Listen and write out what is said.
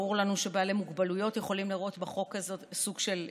ברור לנו שבעלי מוגבלויות יכולים לראות בחוק הזה סוג של הזדמנות,